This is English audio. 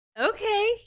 Okay